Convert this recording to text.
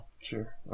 sure